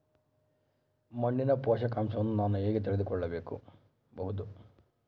ಮಣ್ಣಿನ ಪೋಷಕಾಂಶವನ್ನು ನಾನು ಹೇಗೆ ತಿಳಿದುಕೊಳ್ಳಬಹುದು?